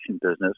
business